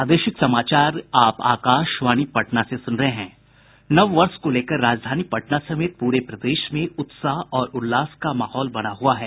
नव वर्ष को लेकर राजधानी पटना समेत पूरे प्रदेश में उत्साह और उल्लास का माहौल बना हुआ है